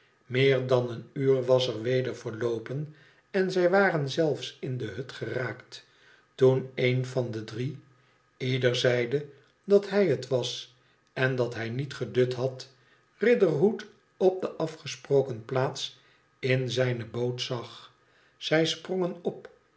meer dan een uur was er weder verloopen en zij waren zelfs in den dut geraakt toen een van drieën ieder zeide dat hij het was en dat hij niet gedut had riderhood op de afgesproken plaats in zijne boot zag zij sprongen op